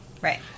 Right